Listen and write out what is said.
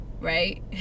right